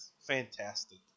fantastic